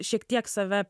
šiek tiek save